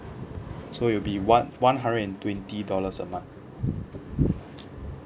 so it'll be one one hundred and twenty dollars a month